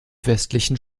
westlichen